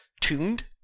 tuned